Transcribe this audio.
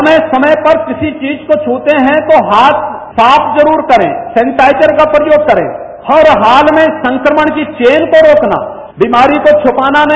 समय समय किसी चीज को छूते है तो हाथ साफ जरूर करे सेनिटाइजर का प्रयोग करे हर हाल में संक्रमण की चेन को रोकना बीमारी को छुपाना नहीं